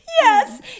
Yes